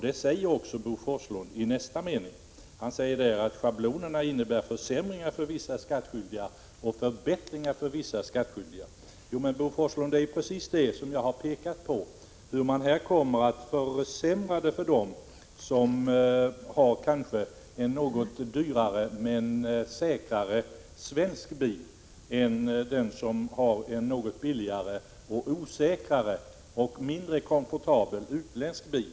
Det säger också Bo Forslund i nästa mening ii sitt anförande när han säger att schablonerna innebär försämringar för vissa skattskyldiga och förbättringar för vissa. Precis detta har jag påpekat. Man kommer att försämra för dem som har en något dyrare men säkrare svensk bil jämfört med den som har en något billigare, osäkrare och mindre komfortabel utländsk bil.